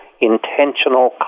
intentional